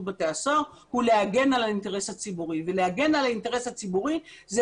בתי הסוהר הוא להגן על האינטרס הציבורי ולהגן על האינטרס הציבורי זה